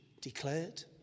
declared